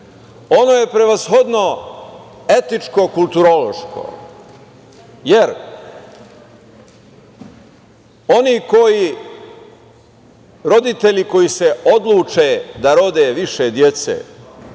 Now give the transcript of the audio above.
Ono je prevashodno etičko kulturološko, jer oni roditelji koji se odluče da rode više dece,